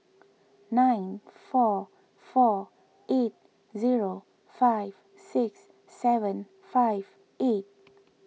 nine four four eight zero five six seven five eight